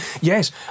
yes